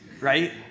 right